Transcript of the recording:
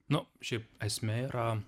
nu šiaip esmė yra